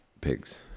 pigs